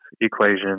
equation